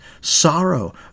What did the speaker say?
sorrow